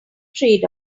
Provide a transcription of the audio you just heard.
trade